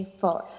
four